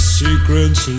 secrets